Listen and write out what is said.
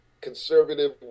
conservative